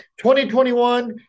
2021